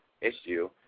issue